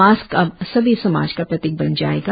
mask अब सभ्य समाज का प्रतीक बन जायेगा